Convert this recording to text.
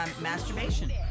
masturbation